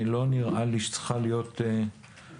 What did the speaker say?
לא נראה לי שצריכה להיות בעיה.